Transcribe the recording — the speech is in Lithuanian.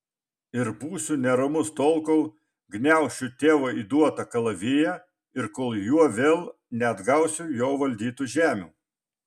ir būsiu neramus tol kol gniaušiu tėvo įduotą kalaviją ir kol juo vėl neatgausiu jo valdytų žemių